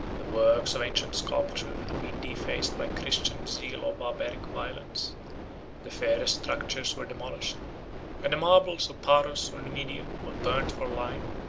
the works of ancient sculpture had been defaced by christian zeal or barbaric violence the fairest structures were demolished and the marbles of paros or numidia were burnt for lime,